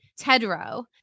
Tedrow